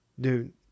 Dude